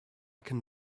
can